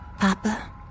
Papa